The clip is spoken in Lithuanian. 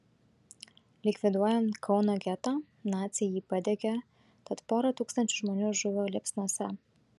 likviduojant kauno getą naciai jį padegė tad pora tūkstančių žmonių žuvo liepsnose